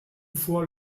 fois